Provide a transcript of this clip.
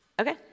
Okay